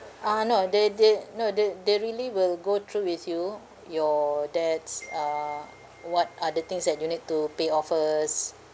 uh no they they no they they really will go through with you your debts uh what are the things that you need to pay off first